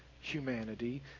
humanity